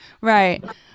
right